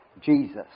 Jesus